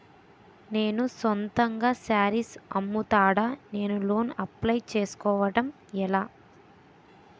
నేను సొంతంగా శారీస్ అమ్ముతాడ, నేను లోన్ అప్లయ్ చేసుకోవడం ఎలా?